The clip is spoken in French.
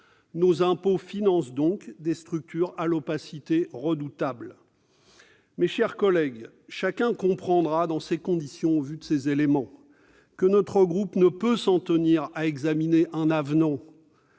nos impôts financent ainsi des structures à l'opacité redoutable. Eh oui ! Mes chers collègues, chacun comprendra que, dans ces conditions, et au vu de ces éléments, mon groupe ne peut s'en tenir à l'examen d'un avenant.